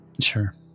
Sure